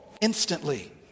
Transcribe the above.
instantly